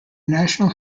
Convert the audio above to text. national